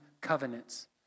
covenants